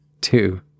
two